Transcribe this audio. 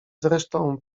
zresztą